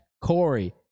Corey